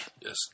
Yes